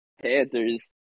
Panthers